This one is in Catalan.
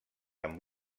amb